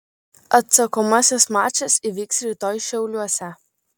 atsakomasis mačas įvyks rytoj šiauliuose